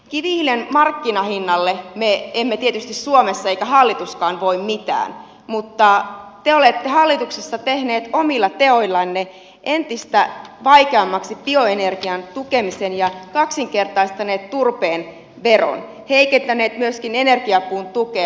kivihiilen markkinahinnalle me emme tietysti suomessa eikä hallituskaan voi mitään mutta te olette hallituksessa tehneet omilla teoillanne entistä vaikeammaksi bioenergian tukemisen ja kaksinkertaistaneet turpeen veron heikentäneet myöskin energiapuun tukea